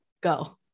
go